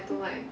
mmhmm